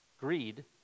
Greed